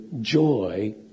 joy